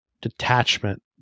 detachment